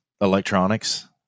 electronics